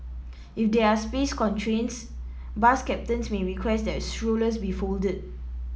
if there are space constraints bus captains may request that strollers be folded